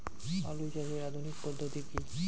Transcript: আলু চাষের আধুনিক পদ্ধতি কি?